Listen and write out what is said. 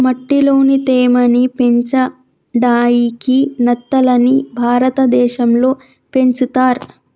మట్టిలోని తేమ ని పెంచడాయికి నత్తలని భారతదేశం లో పెంచుతర్